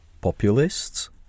populists